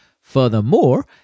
Furthermore